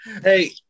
Hey